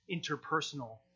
interpersonal